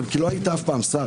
זה כי אף פעם לא היית שר.